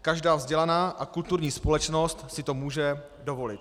Každá vzdělaná a kulturní společnost si to může dovolit.